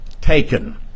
Taken